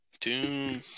Doom